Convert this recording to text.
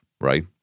right